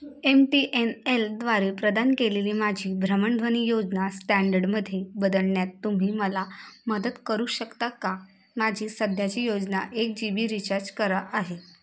M T N एलद्वारे प्रदान केलेली माझी भ्रमणध्वनी योजना स्टँडर्डमध्ये बदलण्यात तुम्ही मला मदत करू शकता का माझी सध्याची योजना एक जी बी रिचार्ज करा आहे